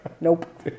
nope